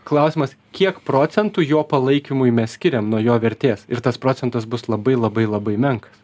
klausimas kiek procentų jo palaikymui mes skiriam nuo jo vertės ir tas procentas bus labai labai labai menkas